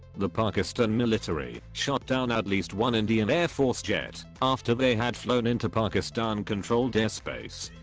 the pakistan military, shot down at least one indian air force jet, after they had flown into pakistan controlled airspace.